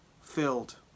filled